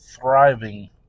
thriving